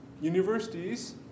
universities